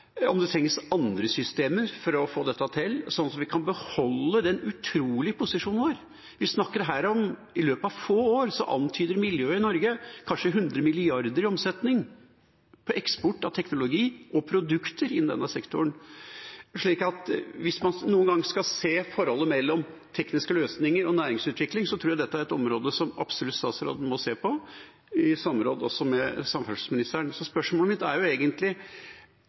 sånn at vi kan beholde den utrolige posisjonen vår. I løpet av få år antyder miljøet i Norge kanskje 100 mrd. kr i omsetning på eksport av teknologi og produkter innen denne sektoren. Så hvis man noen gang skal se forholdet mellom tekniske løsninger og næringsutvikling, tror jeg dette er et område som statsråden absolutt må se på, i samråd også med samferdselsministeren. Spørsmålet mitt er egentlig: